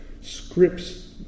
scripts